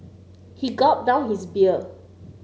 he gulped down his beer